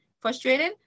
Frustrated